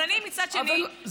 אבל אני מצד שני קשובה,